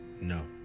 No